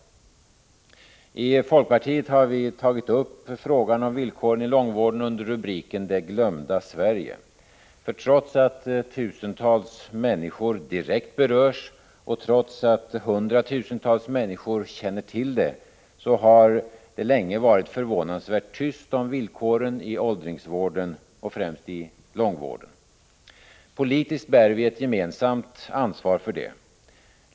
I folkpartiet har vi tagit upp frågan om villkoren i långvården under rubriken Det glömda Sverige. Trots att tusentals människor direkt berörs och trots att hundratusentals människor känner till det, har det länge varit förvånansvärt tyst om villkoren i åldringsvården, främst i långvården. Politiskt bär vi ett gemensamt ansvar för detta.